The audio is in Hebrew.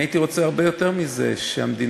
ואני הייתי רוצה הרבה יותר מזה,